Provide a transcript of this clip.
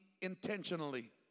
intentionally